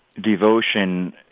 devotion